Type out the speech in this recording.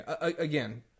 again